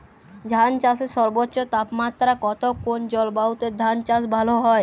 ধান চাষে সর্বোচ্চ তাপমাত্রা কত কোন জলবায়ুতে ধান চাষ ভালো হয়?